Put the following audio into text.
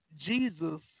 Jesus